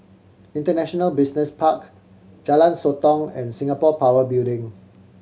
International Business Park Jalan Sotong and Singapore Power Building